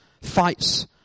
fights